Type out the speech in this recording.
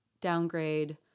downgrade